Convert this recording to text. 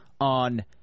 on